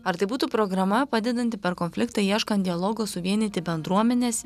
ar tai būtų programa padedanti per konfliktą ieškant dialogo suvienyti bendruomenes